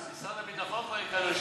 במשרד הביטחון כבר הגענו לשקיפות.